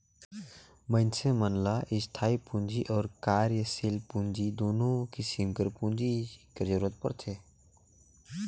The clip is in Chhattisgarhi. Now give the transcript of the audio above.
मइनसे मन ल इस्थाई पूंजी अउ कारयसील पूंजी दुनो किसिम कर पूंजी कर जरूरत परथे